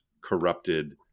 corrupted